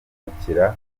guhemukira